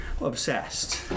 Obsessed